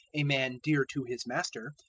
a man dear to his master,